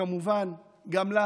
וכמובן גם לה